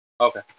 Okay